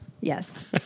Yes